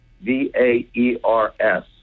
V-A-E-R-S